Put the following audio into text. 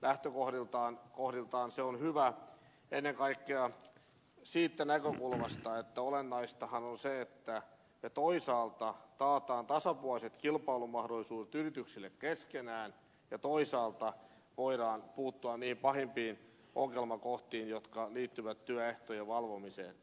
lähtökohdiltaan se on hyvä ennen kaikkea siitä näkökulmasta että olennaistahan on se että toisaalta taataan tasapuoliset kilpailumahdollisuudet yrityksille keskenään ja toisaalta voidaan puuttua niihin pahimpiin ongelmakohtiin jotka liittyvät työehtojen valvomiseen